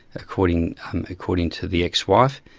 according according to the ex-wife,